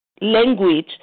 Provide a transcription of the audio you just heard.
language